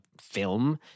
film